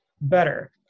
better